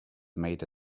made